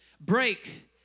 break